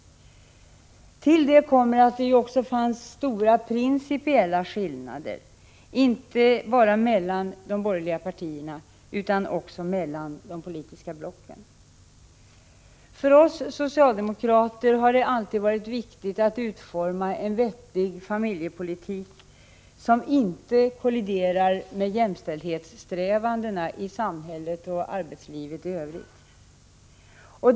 Till detta kommer att det fanns stora principiella skillnader, inte bara mellan de borgerliga partierna utan också mellan de politiska blocken. För oss socialdemokrater har det alltid varit viktigt att utforma en vettig familjepolitik, som inte kolliderar med jämställdhetssträvandena i arbetslivet och i samhällslivet i övrigt.